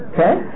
Okay